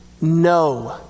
No